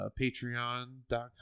patreon.com